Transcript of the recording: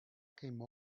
came